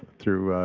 through,